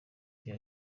ibyo